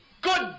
Good